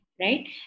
right